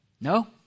No